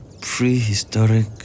prehistoric